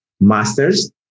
masters